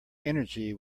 energy